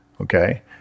Okay